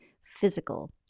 physical